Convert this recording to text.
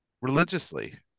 religiously